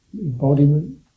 embodiment